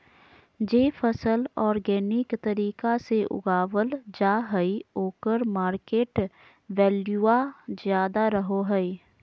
जे फसल ऑर्गेनिक तरीका से उगावल जा हइ ओकर मार्केट वैल्यूआ ज्यादा रहो हइ